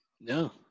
No